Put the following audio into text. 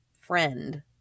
friend